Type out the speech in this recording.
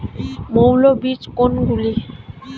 মৌল বীজ কোনগুলি?